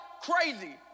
crazy